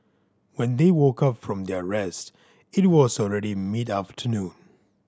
when they woke up from their rest it was already mid afternoon